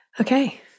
Okay